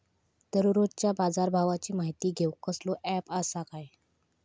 दररोजच्या बाजारभावाची माहिती घेऊक कसलो अँप आसा काय?